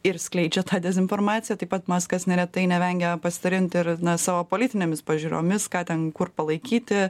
ir skleidžia tą dezinformaciją taip pat maskas neretai nevengia pasidalint ir savo politinėmis pažiūromis ką ten kur palaikyti